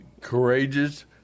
courageous